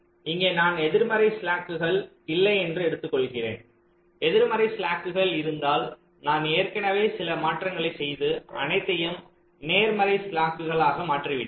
இங்கே நான் எதிர்மறை ஸ்லாக்குகள் இல்லை என்று எடுத்து கொல்கிறேன் எதிர்மறை ஸ்லாக்குகள் இருந்தால் நான் ஏற்கனவே சில மாற்றங்களைச் செய்து அனைத்தையும் நேர்மறை ஸ்லாக்குகள் ஆக மற்றிவிட்டேன்